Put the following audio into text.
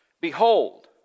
Behold